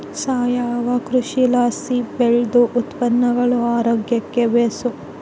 ಸಾವಯವ ಕೃಷಿಲಾಸಿ ಬೆಳ್ದ ಉತ್ಪನ್ನಗುಳು ಆರೋಗ್ಯುಕ್ಕ ಬೇಸು